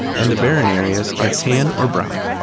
and the barren areas are tan or brown.